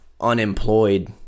unemployed